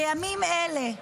בימים אלה.